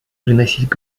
приносить